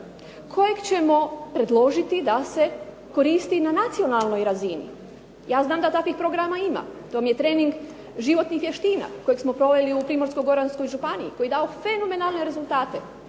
kojeg ćemo predložiti da se koristi i na nacionalnoj razini? Ja znam da takvih programa ima. To je trening životnih vještina kojeg smo proveli u Primorsko-goranskoj županiji koji je dao fenomenalne rezultate.